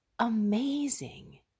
amazing